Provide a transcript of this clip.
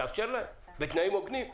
אבל תאפשר להם בתנאים הוגנים.